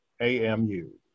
AMU